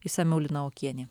išsamiau lina okienė